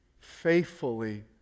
faithfully